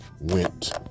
went